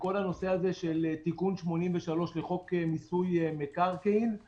תיקון 83 לחוק מיסוי מקרקעין;